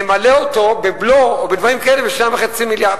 נמלא אותו בבלו או בדברים כאלה ב-2.5 מיליארד.